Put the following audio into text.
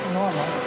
normal